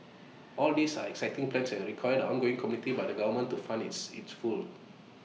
all these are exciting plans and IT require the ongoing commitment by the government to fund this IT full